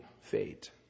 fate